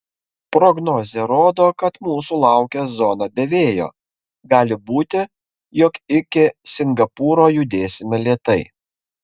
prognozė rodo kad mūsų laukia zona be vėjo gali būti jog iki singapūro judėsime lėtai